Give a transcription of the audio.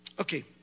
Okay